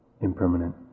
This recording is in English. impermanent